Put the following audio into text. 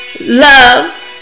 love